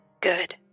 Good